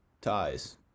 Ties